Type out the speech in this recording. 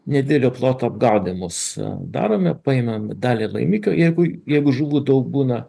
nedidelio ploto apgaudymus darome paėmam dalį laimikio jeigu jeigu žuvų daug būna